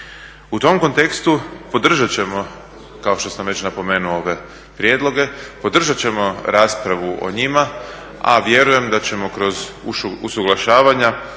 U tom kontekstu podržat ćemo kao što sam već napomenuo ove prijedloge, podržat ćemo raspravu o njima a vjerujem da ćemo kroz usuglašavanja